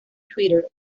twitter